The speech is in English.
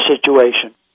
situation